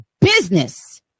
business